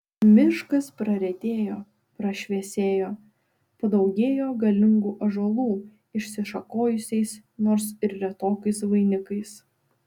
miškas praretėjo prašviesėjo padaugėjo galingų ąžuolų išsišakojusiais nors ir retokais vainikais